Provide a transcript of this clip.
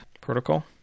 protocol